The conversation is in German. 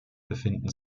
befinden